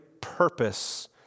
purpose